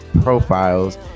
profiles